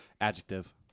Adjective